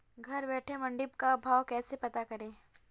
घर बैठे मंडी का भाव कैसे पता करें?